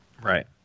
Right